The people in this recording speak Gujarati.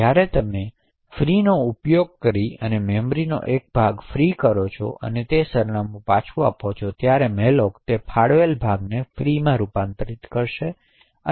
હવે જ્યારે તમે ફ્રીનો ઉપયોગ કરીને મેમરીનો એક ભાગ ફ્રી કરો છો અને સરનામું આપો છો ત્યારે મેલોક તે ફાળવેલ ભાગને ફ્રી ભાગમાં રૂપાંતરિત કરશે